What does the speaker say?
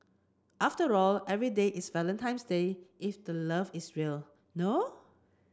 after all every day is Valentine's Day if the love is real no